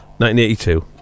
1982